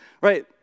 Right